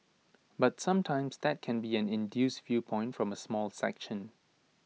but sometimes that can be an induced viewpoint from A small section